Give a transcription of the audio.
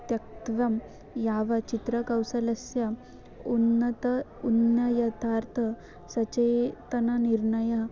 त्यक्त्वा यावच्चित्रकौशलस्य उन्नतं उन्नयनार्थं सचेतननिर्णयं